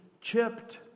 chipped